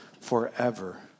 forever